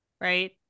Right